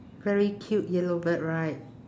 very cute yellow bird right